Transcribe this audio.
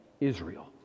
Israel